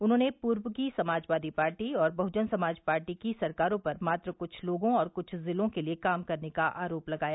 उन्होंने पूर्व की समाजवादी पार्टी और बहजन समाज पार्टी की सरकारों पर मात्र कुछ लोगों और कुछ जिलों के लिए काम करने का आरोप लगाया